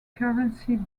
currency